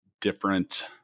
different